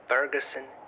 Ferguson